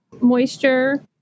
moisture